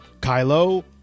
Kylo